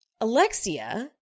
Alexia